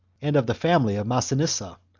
and of the family of massinissa,